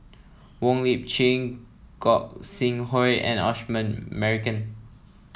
Wong Lip Chin Gog Sing Hooi and Osman Merican